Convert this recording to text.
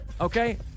Okay